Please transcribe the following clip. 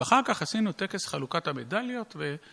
ואחר כך עשינו טקס חלוקת המדליות ו...